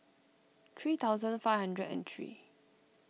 three thousand five hundred and three